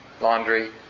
laundry